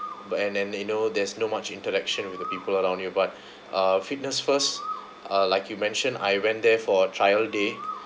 but and and you know there's no much interaction with the people around you but uh fitness first uh like you mentioned I went there for trial day